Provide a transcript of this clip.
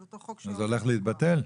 אז הוא הולך להתבטל?